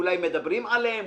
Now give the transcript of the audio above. אולי מדברים עליהם,